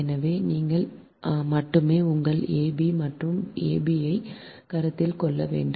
எனவே நீங்கள் மட்டுமே உங்கள் ab மற்றும் a b ஐ கருத்தில் கொள்ள வேண்டும்